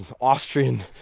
Austrian